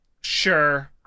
Sure